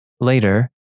Later